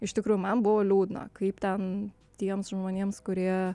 iš tikrųjų man buvo liūdna kaip ten tiems žmonėms kurie